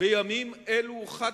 בימים אלו הוא חד-משמעי.